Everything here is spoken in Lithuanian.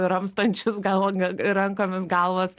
ramstančius gal rankomis galvas